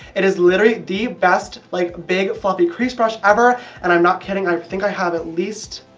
it is literally the best like big fluffy crease brush ever, and i'm not kidding i think i have at least.